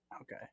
Okay